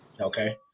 Okay